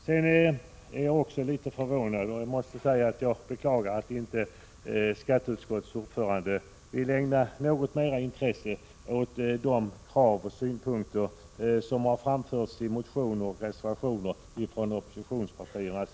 Sedan är jag förvånad över och beklagar att skatteutskottets ordförande inte vill ägna litet mer intresse åt de krav och synpunkter som har framförts i motioner och reservationer från oppositionspartierna.